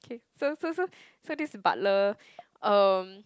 k so so so so this butler um